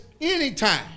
anytime